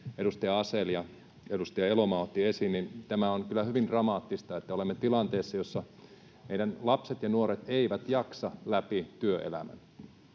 edustaja Elomaa ottivat esiin, on kyllä hyvin dramaattista, että olemme tilanteessa, jossa meidän lapset ja nuoret eivät jaksa läpi työelämän